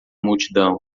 multidão